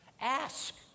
Ask